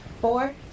four